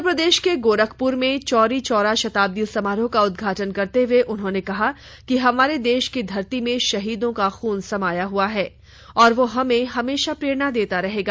उत्तर प्रदेश के गोरखपुर में चौरी चौरा शताब्दी समारोह का उदघाटन करते हुए उन्होंने कहा कि हमारे देश की धरती में शहीदों का खून समाया हुआ है और वह हमें हमेशा प्रेरणा देता रहेगा